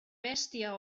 bèstia